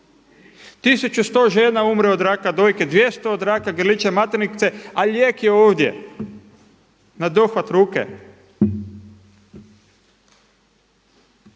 100 žena umre od raka dvojke, 200 od raka grlića maternice, a lijek je ovdje na dohvat ruke.